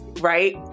right